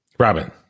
Robin